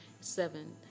seven